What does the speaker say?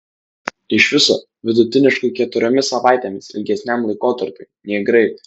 iš viso vidutiniškai keturiomis savaitėmis ilgesniam laikotarpiui nei graikai